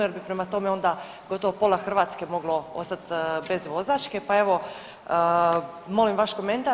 Jer bi prema tome onda gotovo pola Hrvatske moglo ostati bez vozačke, pa evo molim vaš komentar.